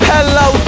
Hello